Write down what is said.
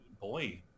boy